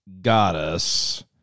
goddess